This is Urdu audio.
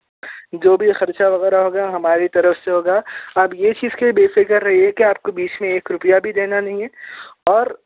جو بھی خرچہ وغیرہ ہوگا ہماری طرف سے ہوگا آپ یہ چیز کے بے فکر رہئے کہ آپ کو بیچ میں ایک روپیہ بھی دینا نہیں ہے اور